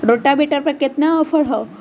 Rotavator पर केतना offer हव?